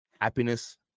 happiness